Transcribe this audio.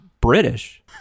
British